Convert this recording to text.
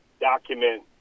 document